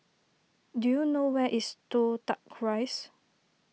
do you know where is Toh Tuck Rise